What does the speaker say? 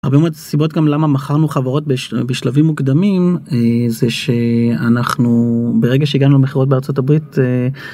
הרבה מאוד סיבות גם למה מכרנו חברות בשלבים מוקדמים זה שאנחנו ברגע שהגענו למחירות בארצות הברית.